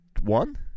one